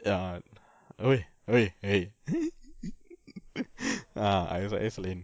ah woi woi lain ah I_S_I_S lain